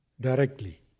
directly